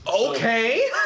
okay